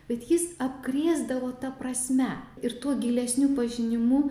bet jis apkrėsdavo ta prasme ir tuo gilesniu pažinimu